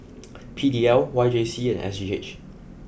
P D L Y J C and S G H